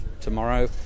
tomorrow